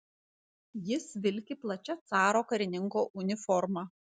jis vilki plačia caro karininko uniforma